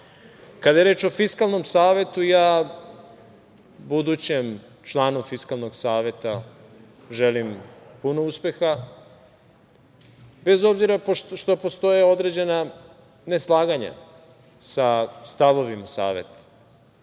je reč o Fiskalnom savetu, ja budućem članu Fiskalnog saveta želim puno uspeha, bez obzira što postoje određena neslaganja sa stavovima Saveta.